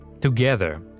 Together